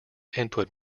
input